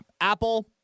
Apple